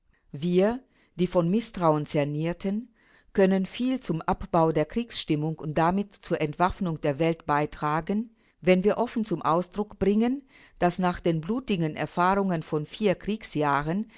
wir die von mißtrauen zernierten können viel zum abbau der kriegsstimmung und damit zur entwaffnung der welt beitragen wenn wir offen zum ausdruck bringen daß nach den blutigen erfahrungen von vier kriegsjahren